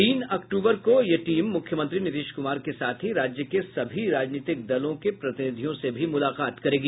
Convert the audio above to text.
तीन अक्टूबर को यह टीम मुख्यमंत्री नीतीश कुमार के साथ ही राज्य के सभी राजनीतिक दलों के प्रतिनिधियों से भी मुलाकात करेगी